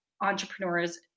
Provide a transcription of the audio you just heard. entrepreneurs